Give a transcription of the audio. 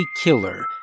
killer